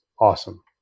awesome